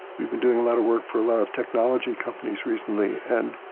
we've been doing a lot of work for a lot of technology companies recently, and